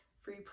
free